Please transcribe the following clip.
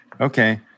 Okay